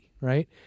right